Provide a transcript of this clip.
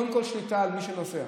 קודם כול, שליטה על מי שנוסע.